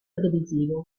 televisivo